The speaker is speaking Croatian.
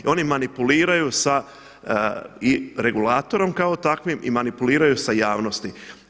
Oni manipuliraju sa regulatorom kao takvim i manipuliraju sa javnosti.